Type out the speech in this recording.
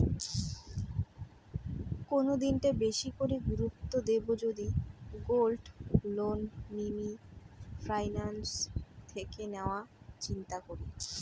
কোন দিকটা বেশি করে গুরুত্ব দেব যদি গোল্ড লোন মিনি ফাইন্যান্স থেকে নেওয়ার চিন্তা করি?